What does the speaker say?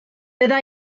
bydda